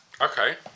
Okay